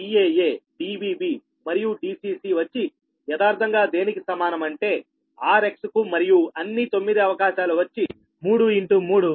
Daa Dbb మరియు Dcc వచ్చి యదార్ధంగా దేనికి సమానం అంటే rx కు మరియు అన్ని 9 అవకాశాలు వచ్చి 3 ఇన్ టూ 3